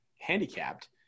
handicapped